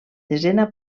desena